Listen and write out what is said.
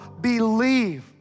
believe